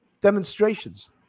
demonstrations